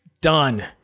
Done